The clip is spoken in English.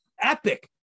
epic